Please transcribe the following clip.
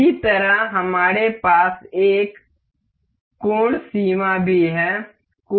इसी तरह हमारे पास एक कोण सीमा भी है